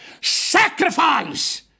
Sacrifice